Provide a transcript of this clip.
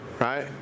right